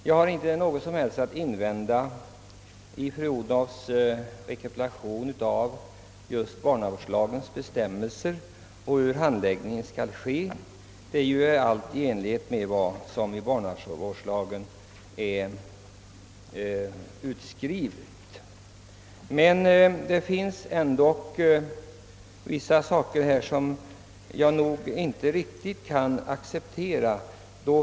Jag har inte någon som helst invändning mot fru Odhnoffs rekapitulation av barnavårdslagens bestämmelser och av hur handläggningen skall ske — allt är i enlighet med vad barnavårdslagen säger. Men det finns i alla fall vissa saker som jag inte riktigt kan acceptera.